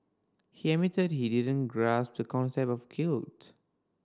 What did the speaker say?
he admitted he didn't grasp the concept of guilt